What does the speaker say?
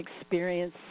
experience